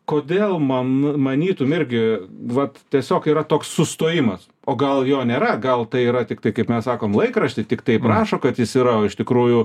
kodėl man manytum irgi vat tiesiog yra toks sustojimas o gal jo nėra gal tai yra tiktai kaip mes sakom laikrašty tiktai taip rašo kad jis yra o iš tikrųjų